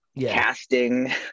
casting